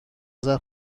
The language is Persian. اذر